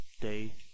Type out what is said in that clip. day